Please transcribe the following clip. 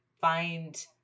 find